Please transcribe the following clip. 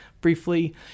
briefly